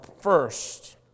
first